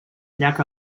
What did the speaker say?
llac